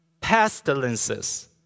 pestilences